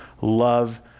love